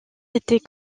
était